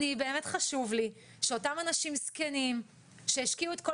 באמת חשוב לי שאותם אנשים זקנים שהשקיעו את כל